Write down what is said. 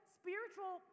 spiritual